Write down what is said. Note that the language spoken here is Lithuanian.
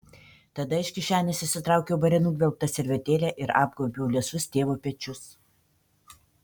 tada iš kišenės išsitraukiau bare nugvelbtą servetėlę ir apgaubiau liesus tėvo pečius